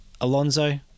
Alonso